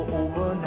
over